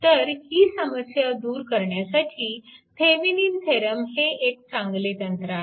तर ही समस्या दूर करण्यासाठी थेविनिन थेरम हे एक चांगले तंत्र आहे